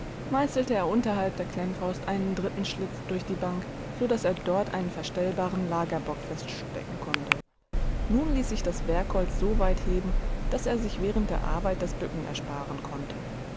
er unterhalb der klemmfaust einen dritten schlitz durch die bank so daß er dort einen verstellbaren lagerbock feststecken konnte nun ließ sich das werkholz so weit heben daß er sich während der arbeit das bücken ersparen konnte